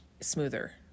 smoother